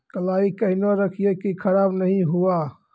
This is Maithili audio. कलाई केहनो रखिए की खराब नहीं हुआ?